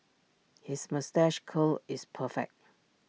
his moustache curl is perfect